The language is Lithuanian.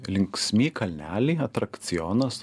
linksmi kalneliai atrakcionas